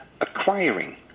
acquiring